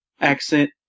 accent